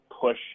push